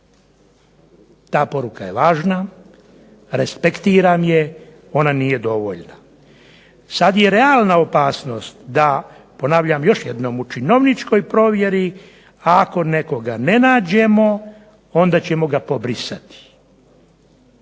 Ta poruka je važna, respektiram je, ona nije dovoljna. Sad je realna opasnost da, ponavljam još jednom, u činovničkoj provjeri a ako nekoga ne nađemo onda ćemo ga pobrisati.